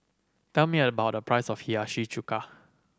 tell me a price of Hiyashi Chuka